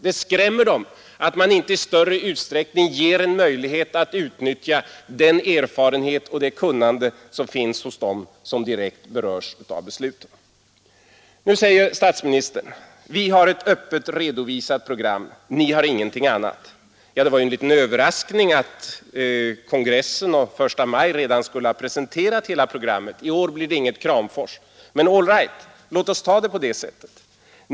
Det skrämmer dem att man inte i större utsträckning ger en möjlighet att utnyttja den erfarenhet och det kunnande som finns hos dem som direkt berörs av besluten. Statsministern säger: Vi har ett öppet redovisat program ni har ingenting annat. Ja, det var ju en liten överraskning att kongressen och förstamajdemonstrationerna redan skulle ha presenterat hela programmet; i år blir det alltså inget Kramfors. Men all right — låt oss ta det på det sättet.